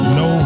no